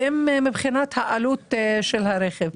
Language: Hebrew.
ואם מבחינת העלות של הרכב.